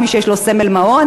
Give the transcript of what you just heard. רק מי שיש לו סמל מעון,